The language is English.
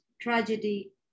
tragedy